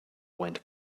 went